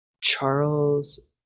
Charles